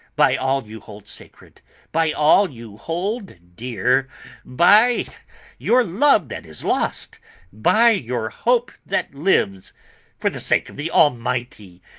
by all you hold sacred by all you hold dear by your love that is lost by your hope that lives for the sake of the almighty,